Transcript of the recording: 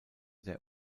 der